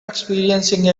experiencing